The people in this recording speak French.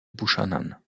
buchanan